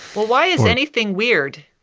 why is anything weird?